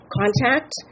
contact